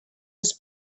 was